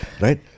Right